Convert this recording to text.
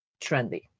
trendy